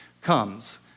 comes